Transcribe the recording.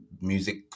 music